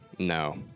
No